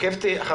את עוקבת אחרי?